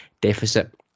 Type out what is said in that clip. deficit